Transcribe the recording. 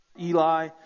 Eli